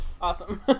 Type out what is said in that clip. awesome